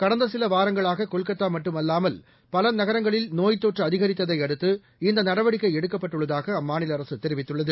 கட்நதசிலவாரங்களாககொல்கத்தாமட்டுமல்லாமல் பலநகரங்களில் நோய்த் தொற்று அதிகரித்ததை அடுத்து இந்தநடவடிக்கைஎடுக்கப்பட்டுள்ளதாக அம்மாநில அரசுதெரிவித்துள்ளது